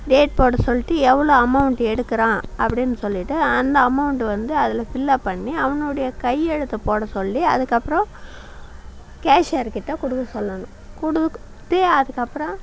date போட சொல்லிவிட்டு எவ்வளோ அமௌண்ட் எடுக்கிறான் அப்படினு சொல்லிவிட்டு அந்த அமௌண்ட் வந்து அதில் ஃபில்லப் பண்ணி அவனுடைய கையெழுத்தை போட சொல்லி அதுக்கப்புறம் கேஷியர் கிட்டே கொடுக்க சொல்லணும் கொடுத்து அதுக்கப்புறம்